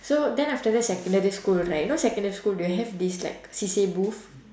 so then after that secondary school right you know secondary school will have this like C_C_A booth